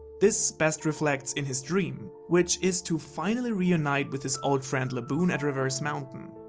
this best reflects in his dream, which is to finally reunite with his old friend laboon at reverse mountain.